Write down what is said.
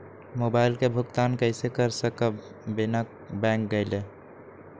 Mobile के भुगतान कईसे कर सकब बिना बैंक गईले?